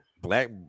Black